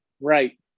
Right